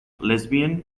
lesbian